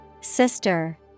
Sister